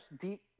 deep